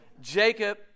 Jacob